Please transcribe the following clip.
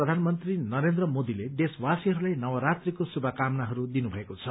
प्रधानमन्त्री नरेन्द्र मोदीले देशवासीहरूलाई नवरात्रीको शुभकामनाहरू दिनुभएको छ